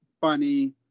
funny